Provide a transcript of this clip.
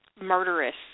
murderous